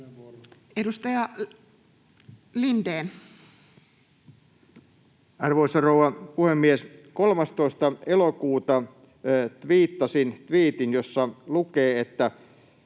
16:37 Content: Arvoisa rouva puhemies! 13. elokuuta tviittasin tviitin, jossa lukee: